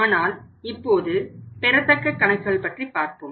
ஆனால் இப்போது பெறத்தக்க கணக்குகள் பற்றி பார்ப்போம்